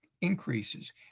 increases